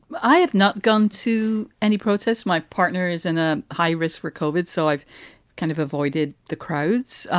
i have not gone to any protests. my partner is in a high risk recovered. so i've kind of avoided the crowds.